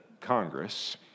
Congress